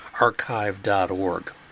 archive.org